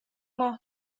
ماه